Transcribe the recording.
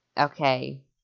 Okay